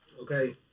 Okay